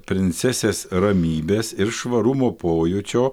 princesės ramybės ir švarumo pojūčio